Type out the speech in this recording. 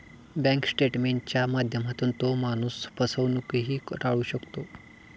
bank स्टेटमेंटच्या माध्यमातून तो माणूस फसवणूकही टाळू शकतो